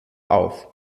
auf